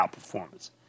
outperformance